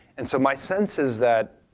and so my sense is that,